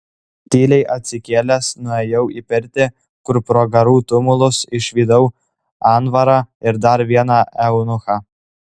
tyliai atsikėlęs nuėjau į pirtį kur pro garų tumulus išvydau anvarą ir dar vieną eunuchą